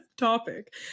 topic